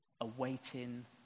Awaiting